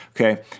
Okay